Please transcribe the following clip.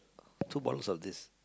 two bottles of this